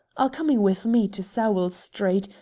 are coming with me to sowell street,